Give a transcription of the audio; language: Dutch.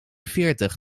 veertig